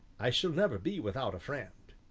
i shall never be without a friend.